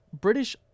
British